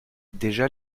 déjà